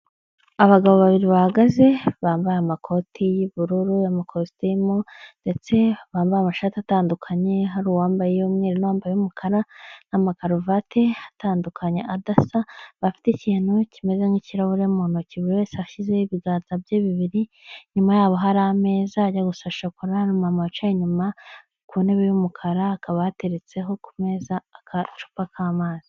Abagabo babiri bahagaze bambaye amakoti y'ubururu n'amakositimu ndetse bambaye amashati atandukanye, hari uwambaye umweru wambaye umukara n'amakaruvati atandukanye adasa bafite ikintu kimeze n'ikirahure mu ntoki buri wese ashyizeze ibiganza bye bibiri, inyuma yabo hari ameza ajya gusa na shokora, n'umumama wicaye inyuma ku ntebe y'umukara akaba yateretseho ku meza agacupa k'amazi.